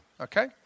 Okay